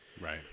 Right